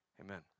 Amen